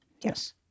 Yes